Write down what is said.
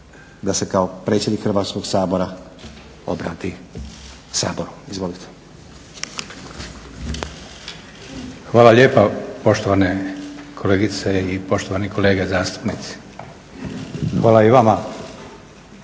da se kao predsjednik Hrvatskog sabora obrati Saboru. Izvolite. **Leko, Josip (SDP)** Hvala lijepa poštovane kolegice i poštovani kolege zastupnici. Hvala i vama